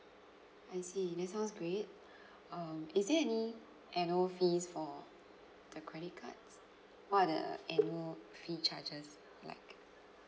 I see this sounds great um is there any annual fees for the credit cards what are the annual fee charges like